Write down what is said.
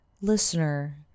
listener